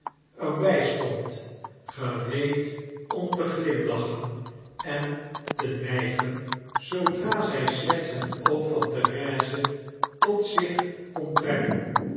by stond gereed om te glimlachen en te nygen zoodra zy slechts het oog van therese tot zich kon trekken